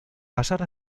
pasar